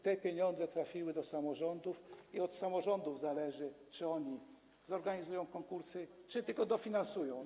Te pieniądze trafiają do samorządów i od samorządów zależy, czy zorganizują konkursy, czy tylko je dofinansują.